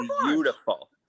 beautiful